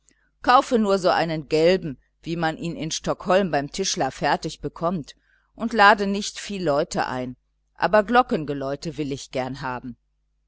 kaufe nur so einen gelben wie man ihn in stockholm beim tischler fertig bekommt und lade nicht viel leute ein aber glockengeläute will ich gern haben